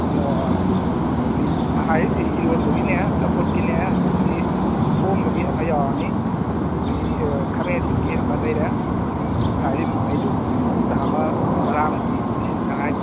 ꯑꯣ ꯑꯗꯨꯗꯤ ꯍꯥꯏꯔꯤꯁꯦ ꯏꯔꯣꯟꯕꯒꯤꯅꯦ ꯆꯝꯐꯨꯠꯀꯤꯅꯦ ꯑꯗꯨꯗꯒꯤ ꯊꯣꯡꯕꯒꯤ ꯑꯃ ꯌꯥꯎꯔꯅꯤ ꯑꯗꯨꯗꯒꯤ ꯑ ꯈꯥꯃꯦꯟ ꯑꯁꯤꯟꯕꯤ ꯑꯃ ꯂꯩꯔꯦ ꯑꯗꯨ ꯍꯥꯏꯔꯤꯕꯁꯤꯡꯗꯨ ꯃꯤ ꯆꯥꯃ ꯇꯔꯥꯃꯨꯛꯀꯤ ꯁꯤꯟꯅꯕꯅꯤ